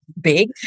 big